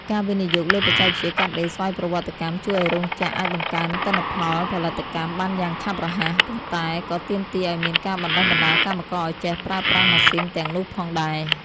ការវិនិយោគលើបច្ចេកវិទ្យាកាត់ដេរស្វ័យប្រវត្តិកម្ម ជួយឱ្យរោងចក្រអាចបង្កើនទិន្នផលផលិតកម្មបានយ៉ាងឆាប់រហ័ស ប៉ុន្តែក៏ទាមទារឱ្យមានការបណ្ដុះបណ្ដាលកម្មករឱ្យចេះប្រើប្រាស់ម៉ាស៊ីនទាំងនោះផងដែរ។